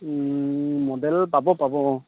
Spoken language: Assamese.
মডেল পাব পাব